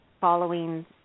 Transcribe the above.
following